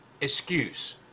excuse